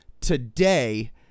today